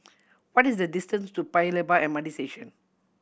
what is the distance to Paya Lebar M R T Station